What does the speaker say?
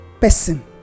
person